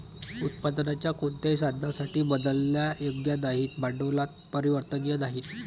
उत्पादनाच्या कोणत्याही साधनासाठी बदलण्यायोग्य नाहीत, भांडवलात परिवर्तनीय नाहीत